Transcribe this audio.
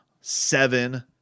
seven